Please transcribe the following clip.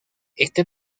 este